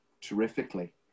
terrifically